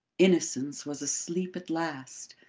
innocence was asleep at last.